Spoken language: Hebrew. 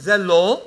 זה לא.